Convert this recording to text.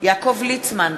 יעקב ליצמן,